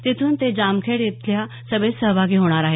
तिथून ते जामखेड इथल्या सभेत सहभागी होणार आहेत